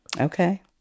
Okay